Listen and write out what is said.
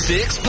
Six